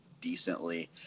decently